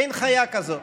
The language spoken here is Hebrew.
אין חיה כזאת.